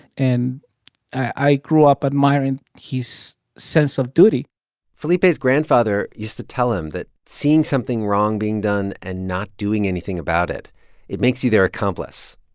and i grew up admiring his sense of duty felipe's grandfather used to tell him that seeing something wrong being done and not doing anything about it it makes you their accomplice.